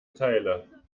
teile